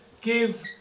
give